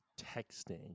texting